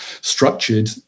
structured